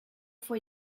fue